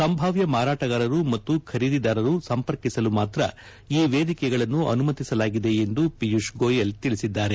ಸಂಭಾವ್ಯ ಮಾರಾಟಗಾರರು ಮತ್ತು ಖರೀದಿದಾರರು ಸಂಪರ್ಕಿಸಲು ಮಾತ್ರ ಈ ವೇದಿಕೆಗಳನ್ನು ಅನುಮತಿಸಲಾಗಿದೆ ಎಂದು ಪಿಯೂಶ್ ಗೋಯಲ್ ತಿಳಿಸಿದ್ದಾರೆ